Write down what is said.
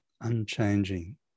unchanging